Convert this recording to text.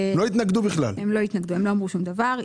הם לא התנגדו, הם לא אמרו שום דבר.